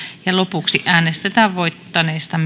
lopuksi äänestetään voittaneesta